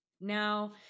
Now